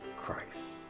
Christ